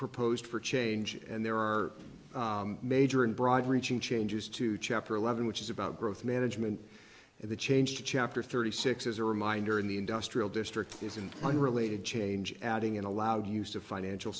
proposed for change and there are major and broad reaching changes to chapter eleven which is about growth management and the change to chapter thirty six as a reminder in the industrial district is in plan related change adding in allowed use of financial